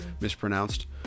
mispronounced